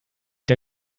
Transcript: der